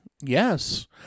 Yes